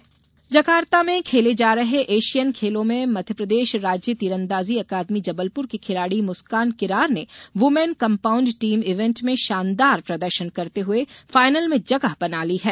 Asian खेल Jakarta में खेले जा रहे एशियन खेलों में मध्यप्रदेश राज्य तीरंदाजी अकादमी जबलपुर की खिलाड़ी मुस्कान किरार ने वूमेन कम्पाउंड टीम इवेंट में शानदार प्रदर्शन करते हुए फाइनल में जगह बना ली है